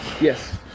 yes